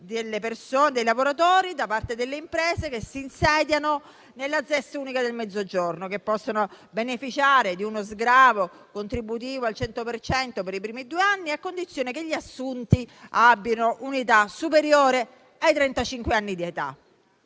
dei lavoratori da parte delle imprese che si insediano nella ZES unica del Mezzogiorno, che possono beneficiare di uno sgravo contributivo al 100 per cento per i primi due anni, a condizione che gli assunti abbiano un'età superiore ai trentacinque